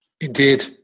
Indeed